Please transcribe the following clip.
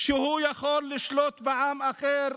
הוא יכול לשלוט בעם אחר,